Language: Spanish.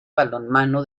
balonmano